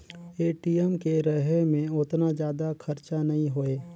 ATM के रहें मे ओतना जादा खरचा नइ होए